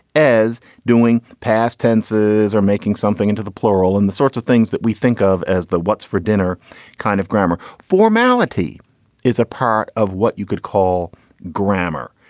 as doing past tenses or making something into the plural and the sorts of things that we think of as the what's for dinner kind of grammar. formality is a part of what you could call grammar.